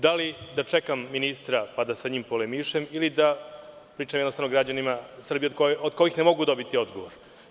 Da li da čekam ministra pa da s njim polemišem ili da jednostavno pričam građanima Srbije od kojih ne mogu dobiti odgovor?